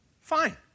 fine